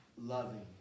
loving